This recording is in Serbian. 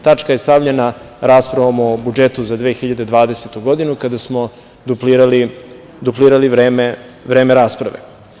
Tačka je stavljena raspravom o budžetu za 2020. godinu, kada smo duplirali vreme rasprave.